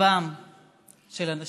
שלוש דקות.